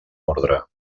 orde